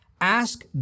Ask